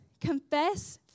confess